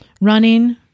running